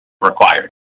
required